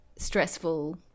Stressful